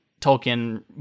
Tolkien